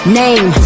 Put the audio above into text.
name